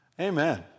Amen